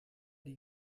die